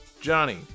Johnny